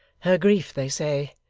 her grief, they say,